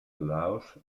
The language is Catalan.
laos